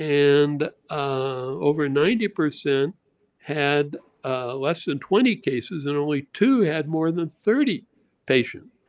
and over ninety percent had less than twenty cases, and only two had more than thirty patients.